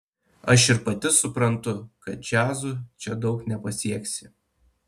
aš ir pati suprantu kad džiazu čia daug nepasieksi